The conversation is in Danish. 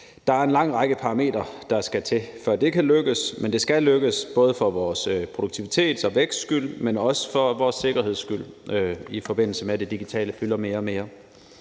Der er en lang række parametre, der skal til, før det kan lykkes, men det skal lykkes, både for vores produktivitets og væksts skyld, men også for vores sikkerheds skyld, i forbindelse med at det digitale fylder mere og mere.